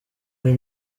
ari